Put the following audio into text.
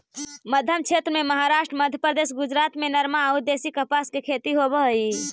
मध्मक्षेत्र में महाराष्ट्र, मध्यप्रदेश, गुजरात में नरमा अउ देशी कपास के खेती होवऽ हई